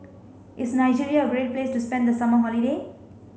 is Nigeria a great place to spend the summer holiday